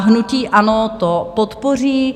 Hnutí ANO to podpoří.